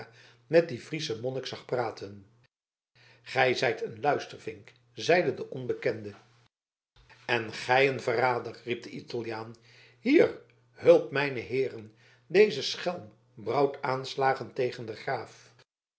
met dien frieschen monnik zag praten gij zijt een luistervink zeide de onbekende en gij een verrader riep de italiaan hier hulp mijne heeren deze schelm brouwt aanslagen tegen den graaf